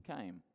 came